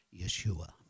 Yeshua